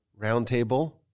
roundtable